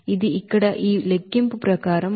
ఇది ఇక్కడ ఈ లెక్కింపు ప్రకారం ఉంది